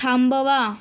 थांबवा